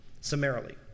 summarily